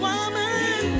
Woman